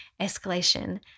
escalation